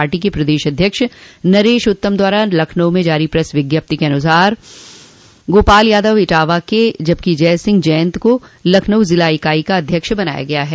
party के प्रदेश अध्यक्ष नरेश उत्तम द्वारा लखनऊ में जारी प्रेस विज्ञप्ति के अनुसार गोपाल यादव इटावा के ज़िलाध्यक्ष होंगे जबकि जय सिंह जयन्त को लखनऊ ज़िला इकाई का अध्यक्ष बनाया गया है